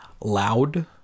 loud